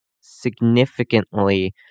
significantly